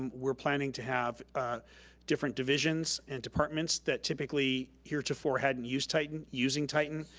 um we're planning to have different divisions and departments that typically heretofore hadn't used titan, using titan.